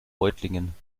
reutlingen